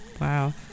wow